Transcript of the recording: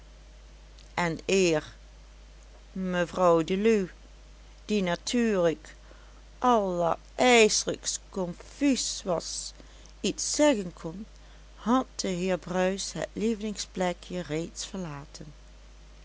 en eer mevrouw deluw die natuurlijk allerijselijkst confuus was iets zeggen kon had de heer bruis het lievelingsplekje reeds verlaten